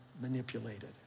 manipulated